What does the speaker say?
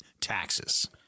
taxes